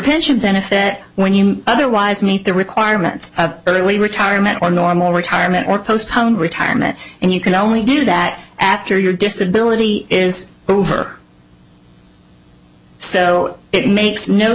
pension benefit when you otherwise meet the requirements of early retirement or normal retirement or postpone retirement and you can only do that after your disability is over so it makes no